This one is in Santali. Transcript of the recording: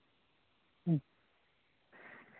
ᱦᱮᱸ